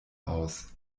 aus